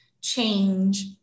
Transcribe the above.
change